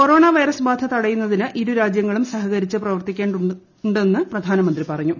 corona virus ബാധ തടയുന്നതിന് ഇരുരാജ്യങ്ങളും സഹകരിച്ച് പ്രവർത്തിക്കേണ്ടതുണ്ടെന്ന് പ്രധാനമന്ത്രി പറഞ്ഞു